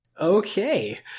Okay